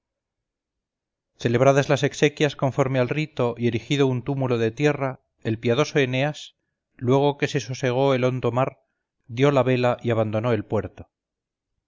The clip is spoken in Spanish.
celebradas las exequias conforme al rito y erigido un túmulo de tierra el piadoso eneas luego que se sosegó el hondo mar dio la vela y abandonó el puerto